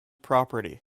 property